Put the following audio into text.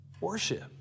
worship